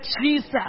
Jesus